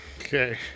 Okay